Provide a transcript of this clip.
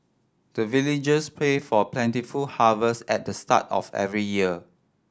the villagers pray for plentiful harvest at the start of every year